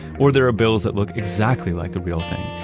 or there are bills that look exactly like the real thing,